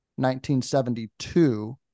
1972